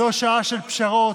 זו שעה של פשרות,